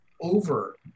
over